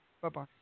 Bye-bye